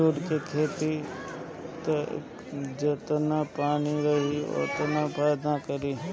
jute के खेती में जेतना पानी रही ओतने फायदा करी